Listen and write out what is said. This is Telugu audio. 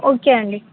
ఓకే అండి